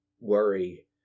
worry